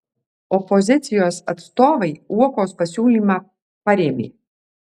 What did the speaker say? opozicijos atstovai uokos pasiūlymą parėmė